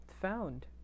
found